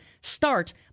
Start